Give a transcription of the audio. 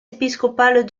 épiscopale